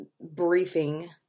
briefing